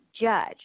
judge